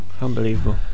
unbelievable